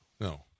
no